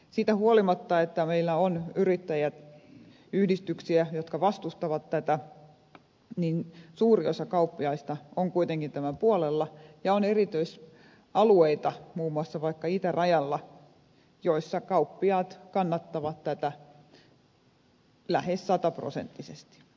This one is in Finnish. siitä huolimatta että meillä on yrittäjäyhdistyksiä jotka vastustavat tätä suuri osa kauppiaista on kuitenkin tämän puolella ja on erityisalueita muun muassa vaikka itärajalla missä kauppiaat kannattavat tätä lähes sataprosentti sesti